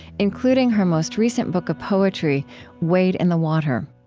including her most recent book of poetry wade in the water